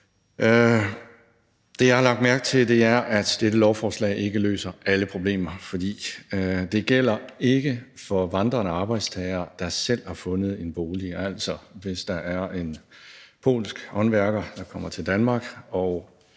Det, jeg har lagt mærke til, er, at dette lovforslag ikke løser alle problemer, for det gælder ikke for vandrende arbejdstagere, der selv har fundet en bolig. Altså, hvis der er en polsk håndværker, der kommer til Danmark